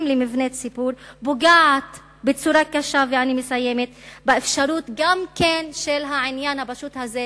למבני ציבור פוגעת בצורה קשה באפשרות של העניין הפשוט הזה,